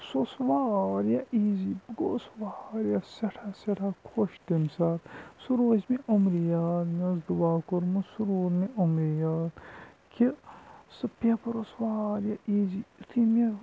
سُہ اوس واریاہ ایٖزی بہٕ گوس واریاہ سٮ۪ٹھاہ سٮ۪ٹھاہ خۄش تمہِ ساتہٕ سُہ روزِ مےٚ عُمرِ یاد مےٚ اوس دُعا کوٚرمُت سُہ روٗد مےٚ عُمرِ یاد کہِ سُہ پیپر اوس واریاہ ایٖزی یُتھے مےٚ